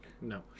no